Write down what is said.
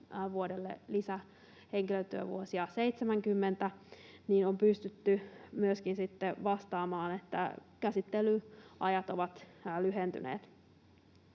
vuodelle lisää henkilötyövuosia 70 — on pystytty myöskin sitten vastaamaan siihen, että käsittelyajat ovat lyhentyneet.